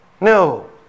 no